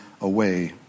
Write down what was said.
away